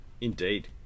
Indeed